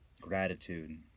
gratitude